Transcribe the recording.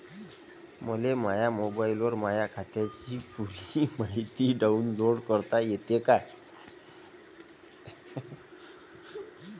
मले माह्या मोबाईलवर माह्या खात्याची पुरी मायती डाऊनलोड करता येते का?